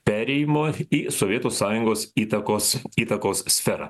perėjimo į sovietų sąjungos įtakos įtakos sferą